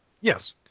yes